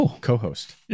co-host